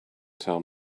tell